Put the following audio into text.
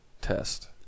test